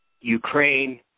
Ukraine